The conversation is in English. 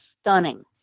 stunning